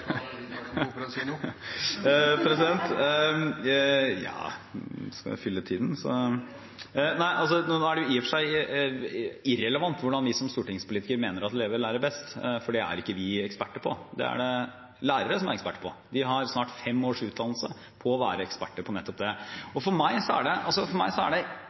bare få sagt det. Har statsråd Røe Isaksen behov for å si noe? Ja, man skal jo fylle tiden. Nå er det i og for seg irrelevant hvordan vi som stortingspolitikere mener at elever lærer best, for det er ikke vi eksperter på. Det er det lærere som er eksperter på. De har snart fem års utdannelse for å være eksperter på nettopp det. For meg er det